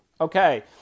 Okay